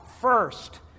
first